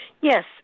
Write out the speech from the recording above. Yes